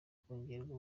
kongererwa